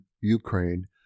Ukraine